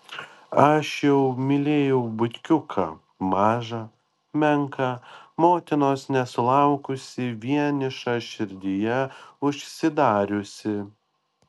aš jau mylėjau butkiuką mažą menką motinos nesulaukusį vienišą širdyje užsidariusį